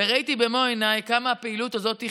וראיתי במו עיניי כמה הפעילות הזאת חיונית.